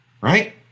right